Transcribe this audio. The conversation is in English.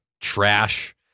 trash